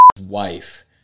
wife